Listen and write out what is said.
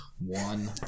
One